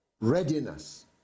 readiness